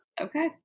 Okay